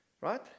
right